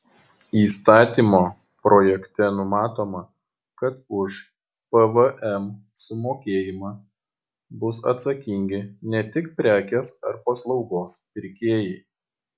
įstatymo projekte numatoma kad už pvm sumokėjimą bus atsakingi ne tik prekės ar paslaugos pirkėjai